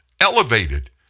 elevated